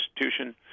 institution